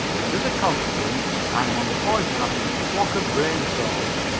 and as a consequence i am on the point of having a flock of brainstorms.